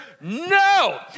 no